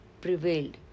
prevailed